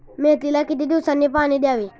मेथीला किती दिवसांनी पाणी द्यावे?